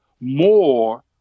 more